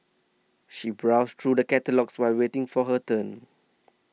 she browsed through the catalogues while waiting for her turn